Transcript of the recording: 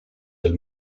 del